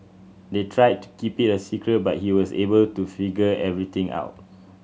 they tried to keep it a secret but he was able to figure everything out